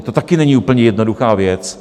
To taky není úplně jednoduchá věc.